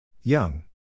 Young